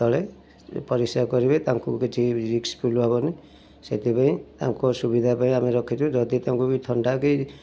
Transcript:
ତଳେ ପରିଶ୍ରା କରିବେ ତାଙ୍କୁ କିଛି ରିସ୍କ ଫିଲ୍ ହେବନି ସେଥିପାଇଁ ତାଙ୍କ ସୁବିଧା ପାଇଁ ଆମେ ରଖିଛୁ ଯଦି ତାଙ୍କୁ ବି ଥଣ୍ଡା କି